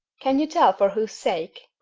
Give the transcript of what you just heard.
can you tell for whose sake?